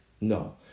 No